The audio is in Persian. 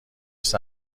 است